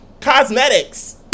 Cosmetics